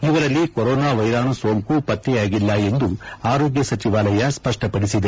ಇವರಲ್ಲಿ ಕೋರೊನಾ ವೈರಾಣು ಸೋಂಕು ಪತ್ತೆಯಾಗಿಲ್ಲ ಎಂದು ಆರೋಗ್ಕ ಸಚಿವಾಲಯ ಸ್ಪಷ್ಟಪಡಿಸಿದೆ